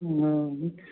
हूँ हँ